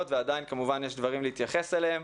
ועדיין כמובן יש דברים להתייחס אליהם.